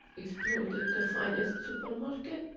exploded the finest supermarket,